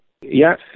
Yes